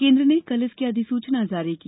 केन्द्र ने कल इसकी अधिसूचना जारी की